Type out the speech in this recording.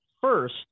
first